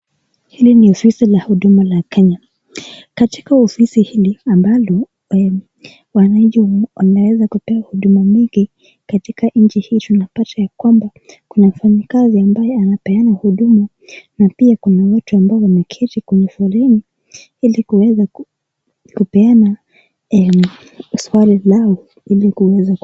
Hili ni ofisi la huduma la Kenya. Katika ofisi hili ambalo wananchi wanaweza kupewa huduma mingi katika nchi hii tunapata ya kwamba kuna mfanyikazi ambaye anapeana huduma na pia kuna watu ambao wameketi kwenye foleni ili kuweza kupeana swali lao ili kuwezaku .